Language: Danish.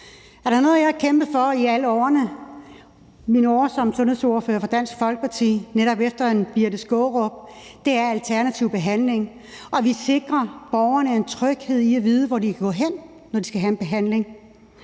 Birthe Skaarup har kæmpet for i alle mine år som sundhedsordfører for Dansk Folkeparti, er det alternativ behandling og det, og at vi sikrer borgerne en tryghed i at vide, hvor de kan gå hen, når de skal have en behandling.